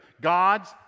God's